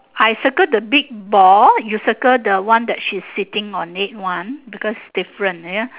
I circle the big ball you circle the one that she's sitting on it one because different ya